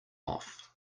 off